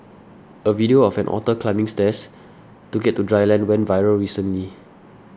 a video of an otter climbing stairs to get to dry land went viral recently